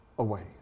away